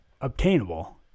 obtainable